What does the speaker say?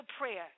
prayer